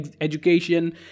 education